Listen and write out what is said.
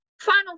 final